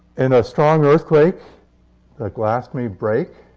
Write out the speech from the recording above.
in a strong earthquake, the glass may break.